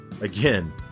again